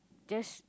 just